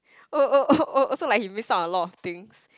oh oh oh oh also like he missed out on a lot of things